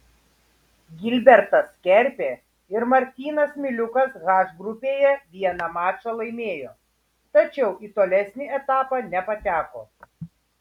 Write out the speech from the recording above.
gilbertas kerpė ir martynas miliukas h grupėje vieną mačą laimėjo tačiau į tolesnį etapą nepateko